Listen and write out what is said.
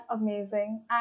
amazing